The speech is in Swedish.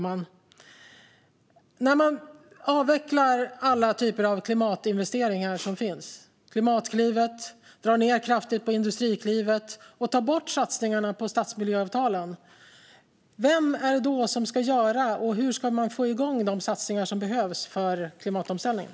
Man avvecklar alla typer av klimatinvesteringar som finns, till exempel Klimatklivet, drar ned kraftigt på Industriklivet och tar bort satsningarna på stadsmiljöavtalen. Vem är det då som ska göra jobbet? Och hur ska man få igång de satsningar som behövs för klimatomställningen?